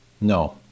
No